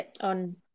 on